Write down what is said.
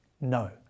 No